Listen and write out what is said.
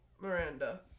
Miranda